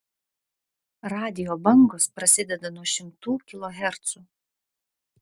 radijo bangos prasideda nuo šimtų kilohercų